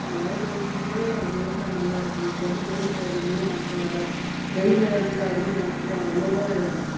மழை பெஞ்சுச்சுன்னா விவசாயம் நல்லா இருக்கும் இப்போ வந்து வெயில் டைம்மு மே மாதம் வேறு வெயில் வந்து அடிக்கிறாங்காட்டியும் அவ்வளோவா